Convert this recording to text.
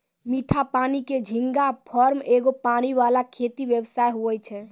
मीठा पानी के झींगा फार्म एगो पानी वाला खेती व्यवसाय हुवै छै